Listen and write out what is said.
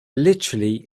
literally